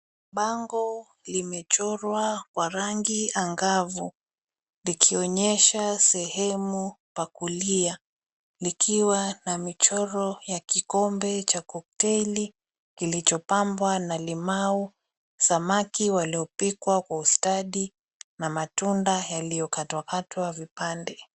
Bango limechorwa kwa rangi angavu likionyesha sehemu pa kulia likiwa na michoro ya kikombe cha kokteili kilichopambwa na limau, samaki waliopikwa kwa ustadi na matunda yaliyokatwakatwa vipande.